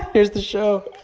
here's the show